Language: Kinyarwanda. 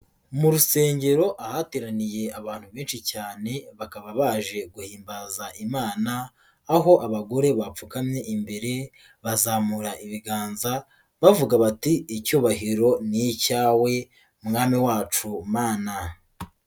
Mu rusengero ahateraniye abantu benshi cyane bakaba baje guhimbaza imana, aho abagore bapfukamye imbere bazamura ibiganza bavuga bati "icyubahiro ni icyawe mwami wacu mana."